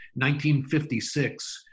1956